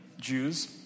Jews